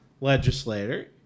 legislator